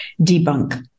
debunk